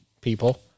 people